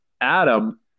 Adam